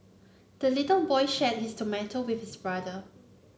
the little boy shared his tomato with his brother